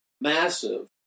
massive